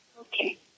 Okay